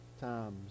times